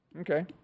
Okay